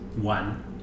one